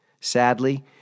Sadly